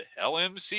lmc